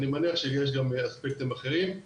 אני מניח שיש גם אספקטים אחרים,